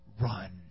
run